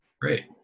Great